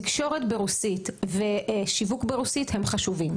כלומר, תקשורת ברוסית ושיווק ברוסית הם חשובים.